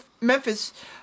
Memphis